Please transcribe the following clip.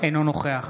אינו נוכח